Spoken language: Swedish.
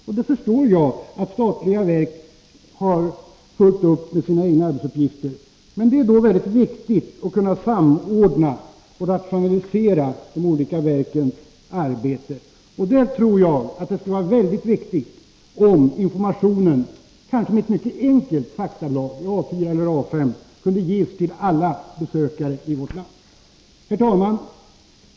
Och jag förstår att statliga verk har fullt upp med sina egna arbetsuppgifter, men det är då mycket viktigt att kunna samordna och rationalisera de olika verkens arbete. Jag tror att det skulle vara mycket värdefullt om informationen — kanske i ett mycket enkelt faktablad i A4 eller AS-format — kunde ges till alla besökare i vårt land. Herr talman!